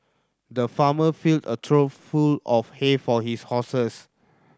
the farmer filled a trough full of hay for his horses